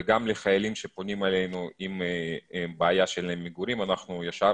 וגם לחיילים שפונים אלינו עם בעיה שאין להם מגורי אנחנו ישר